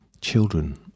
Children